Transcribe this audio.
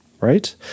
right